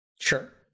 Sure